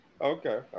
Okay